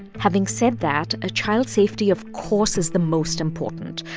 having said that, a child's safety, of course, is the most important.